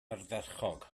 ardderchog